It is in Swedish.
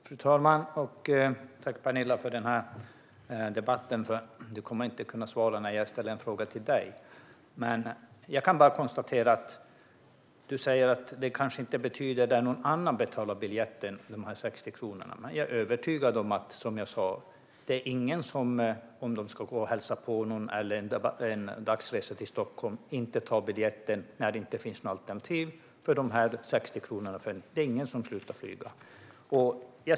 Fru talman! Tack, Penilla Gunther, för debatten! Du kommer inte att kunna svara när jag ställer en fråga till dig. Jag kan bara konstatera att du säger att de 60 kronorna kanske inte betyder något när någon annan betalar biljetten, men som jag sa är jag övertygad om att det inte finns någon som ska hälsa på någon eller göra en dagsresa till Stockholm som inte tar biljetten om det inte finns någon annat alternativ. Det är ingen som slutar flyga på grund av 60 kronor.